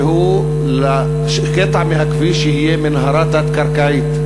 והוא שקטע מהכביש יהיה מנהרה, תת-קרקעית,